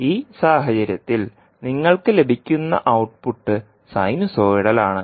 ഈ സാഹചര്യത്തിൽ നിങ്ങൾക്ക് ലഭിക്കുന്ന ഔട്ട്പുട്ട് സിനുസോയ്ഡൽ ആണ്